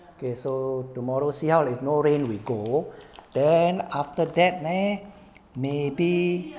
okay so tomorrow see how if no rain we go then after that leh maybe